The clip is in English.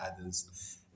others